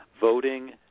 voting